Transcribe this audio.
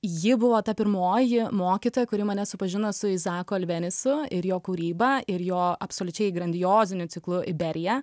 ji buvo ta pirmoji mokytoja kuri mane supažino su izaku alvenisu ir jo kūryba ir jo absoliučiai grandioziniu ciklu iberija